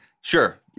sure